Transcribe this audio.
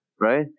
right